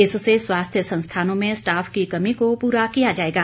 इससे स्वास्थ्य संस्थानों में स्टाफ की कमी को पूरा किया जाएगा